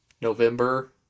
November –